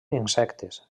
insectes